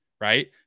right